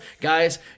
guys